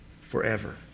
forever